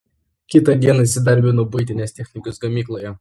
kitą dieną įsidarbinau buitinės technikos gamykloje